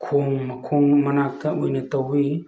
ꯈꯣꯡ ꯃꯈꯣꯡ ꯃꯅꯥꯛꯇ ꯑꯣꯏꯅ ꯇꯧꯏ